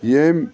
ییٚمۍ